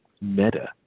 meta